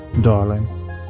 Darling